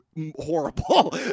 horrible